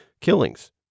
killings